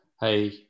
hey